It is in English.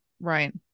right